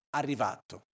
arrivato